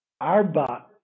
Arba